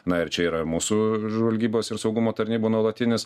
na ir čia yra mūsų žvalgybos ir saugumo tarnybų nuolatinis